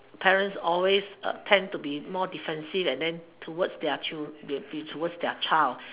parents always tend to be more defensive and then towards their towards their child